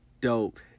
dope